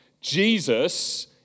Jesus